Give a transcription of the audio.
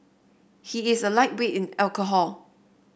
he is a lightweight in alcohol